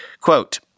Quote